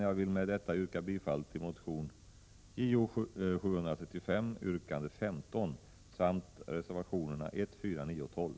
Jag vill med detta yrka bifall till motion 1987/88:J0735 yrkande 15 samt reservationerna 1, 4, 9 och 12.